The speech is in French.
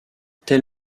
tel